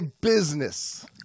business